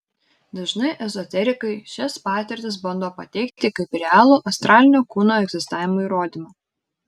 dažnai ezoterikai šias patirtis bando pateikti kaip realų astralinio kūno egzistavimo įrodymą